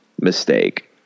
mistake